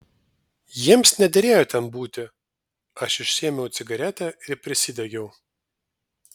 jiems nederėjo ten būti aš išsiėmiau cigaretę ir prisidegiau